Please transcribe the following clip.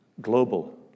global